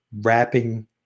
wrapping